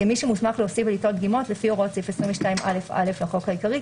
כמי שמוסמך להוסיף וליטול דגימות לפי הוראות סעיף 22(א)(א) לחוק העיקרי,